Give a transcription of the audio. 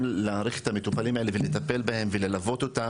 להעריך את המטופלים האלה ולטפל בהם ולוות אותם